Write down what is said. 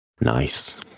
Nice